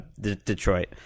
Detroit